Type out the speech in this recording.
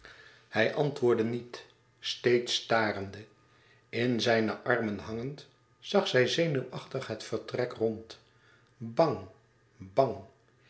hij antwoordde niet steeds starende in zijne armen hangend zag zij zenuwachtig het vertrek rond bang bang